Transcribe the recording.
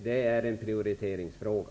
Det hela är en prioriteringsfråga.